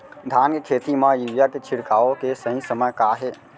धान के खेती मा यूरिया के छिड़काओ के सही समय का हे?